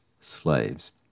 slaves